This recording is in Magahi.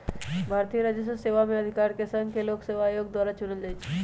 भारतीय राजस्व सेवा में अधिकारि के संघ लोक सेवा आयोग द्वारा चुनल जाइ छइ